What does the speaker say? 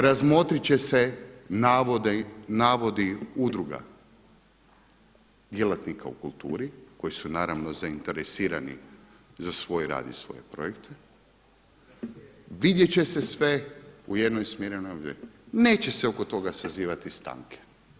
Razmotriti će se navodi udruga, djelatnika u kulturi koji su naravno zainteresirani za svoj rad i svoje projekte, vidjeti će se sve u jednoj smirenoj … neće se oko toga sazivati stanke.